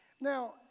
Now